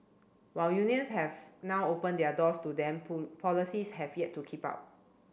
while unions have now opened their doors to them policies have yet to keep up